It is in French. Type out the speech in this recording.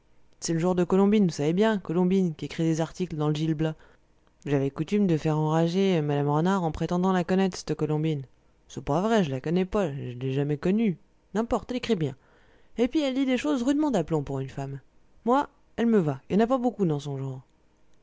c'est le jour de colombine vous savez bien colombine qu'écrit des articles dans le gil blas j'avais coutume de faire enrager mme renard en prétendant la connaître c'te colombine c'est pas vrai je la connais pas je ne l'ai jamais vue n'importe elle écrit bien et puis elle dit des choses rudement d'aplomb pour une femme moi elle me va y en a pas beaucoup dans son genre